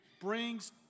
brings